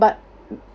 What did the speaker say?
but